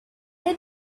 had